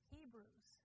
Hebrews